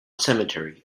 cemetery